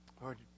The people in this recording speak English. Lord